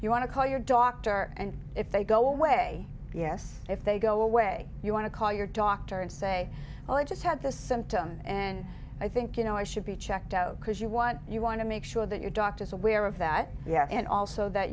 you want to call your doctor and if they go away yes if they go away you want to call your doctor and say well i just had this symptom and i think you know i should be checked out because you want you want to make sure that your doctor is aware of that yeah and also that